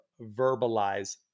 verbalize